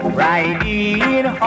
riding